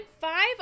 five